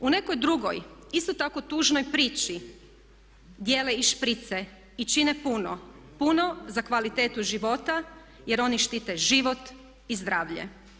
U nekoj drugoj isto tako tužnoj priči dijele i šprice i čine puno, puno za kvalitetu života jer oni štite život i zdravlje.